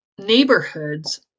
Neighborhoods